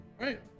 Right